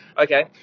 okay